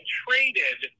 traded